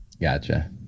Gotcha